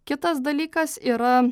kitas dalykas yra